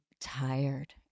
tired